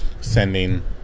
sending